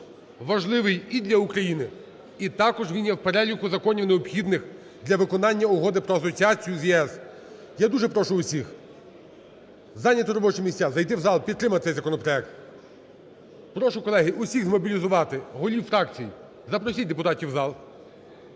важливий і для України, і також він є в переліку законів, необхідних для виконання Угоди про асоціацію з ЄС. Я дуже прошу усіх зайняти робочі місця, зайти в зал, підтримати цей законопроект. Прошу, колеги, усіх змобілізувати, голів фракцій – запросіть депутатів в зал.